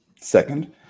second